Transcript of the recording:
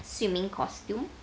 swimming costume